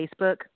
Facebook